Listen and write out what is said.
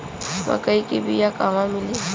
मक्कई के बिया क़हवा मिली?